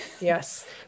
yes